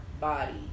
body